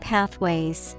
Pathways